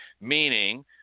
Meaning